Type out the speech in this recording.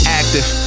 active